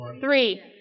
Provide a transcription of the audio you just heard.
Three